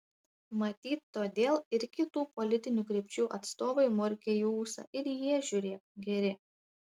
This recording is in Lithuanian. matyt todėl ir kitų politinių krypčių atstovai murkia į ūsą ir jie žiūrėk geri